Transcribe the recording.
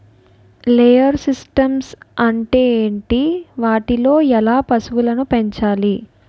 Layer systems అంటే ఏంటి? వాటిలో ఎలా పశువులను పెంచాలి?